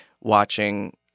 watching